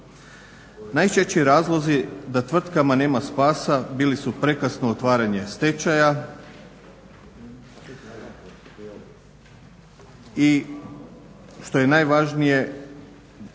Najčešći razlozi da tvrtkama nema spasa bili su prekasno otvaranje stečaja i što je najvažnije